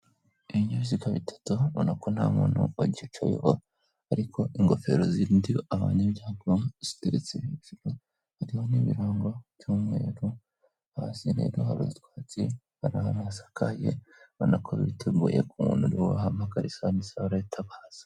Iibinyabiziga bitatu ubona ko nta muntu wagicayeho ariko ingofero zindiho abanyabyago ziteretse ibishuro harihoho n'ibirango by'umweru abasinnyegaho utwatsi barahasakaye banako biteguye umuntu nibo bahamagara isanisa barahita baza.